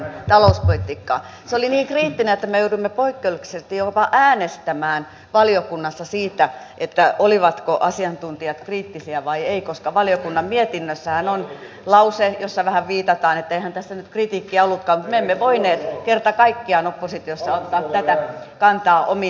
se oli niin kriittinen että me jouduimme poikkeuksellisesti jopa äänestämään valiokunnassa siitä olivatko asiantuntijat kriittisiä vai eivät koska valiokunnan mietinnössähän on lause jossa vähän viitataan että eihän tässä nyt kritiikkiä ollutkaan mutta me emme voineet kerta kaikkiaan oppositiossa ottaa tätä kantaa omiin nimiimme